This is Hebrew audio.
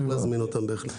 צריך בהחלט להזמין אותם.